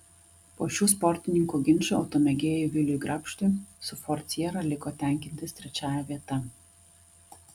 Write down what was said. po šių sportininkų ginčo automėgėjui viliui garbštui su ford siera liko tenkintis trečiąja vieta